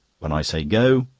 when i say go,